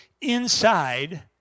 inside